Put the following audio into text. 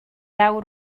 awr